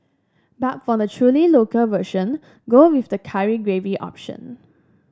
but for the truly local version go with the curry gravy option